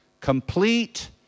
complete